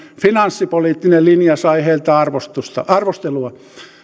finanssipoliittinen linja sai heiltä arvostelua